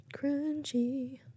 Crunchy